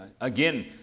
Again